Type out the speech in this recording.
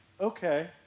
okay